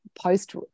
post